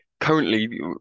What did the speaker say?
Currently